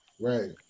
right